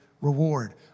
reward